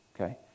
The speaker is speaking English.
okay